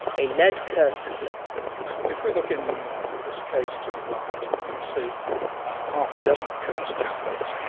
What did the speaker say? a lead curse tablet if we look in this case to the right, we can see half a dozen curse tablets here.